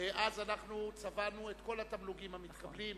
ואז אנחנו צבענו את כל התמלוגים המתקבלים.